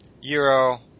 euro